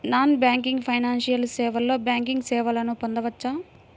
Non banking financial సేవలో banking సేవలను పొందవచ్చా?